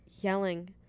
yelling